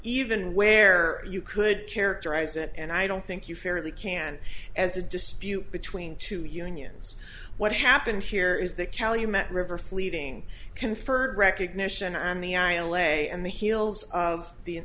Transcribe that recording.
even where you could characterize it and i don't think you fairly can as a dispute between two unions what happened here is the calumet river fleeting conferred recognition on the aisle a and the heels of the